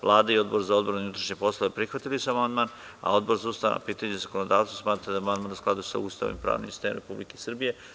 Vlada i Odbor za odbranu i unutrašnje poslove prihvatili su amandman, a Odbor za ustavna pitanja i zakonodavstvo smatra da je amandmanu skladu sa Ustavom i pravnim sistemom Republike Srbije.